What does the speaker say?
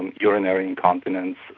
urinary incontinence,